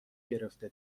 گرفته